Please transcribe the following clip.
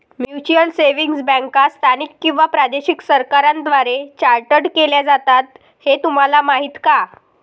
Mutual savings बँका स्थानिक किंवा प्रादेशिक सरकारांद्वारे चार्टर्ड केल्या जातात हे तुम्हाला माहीत का?